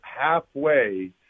halfway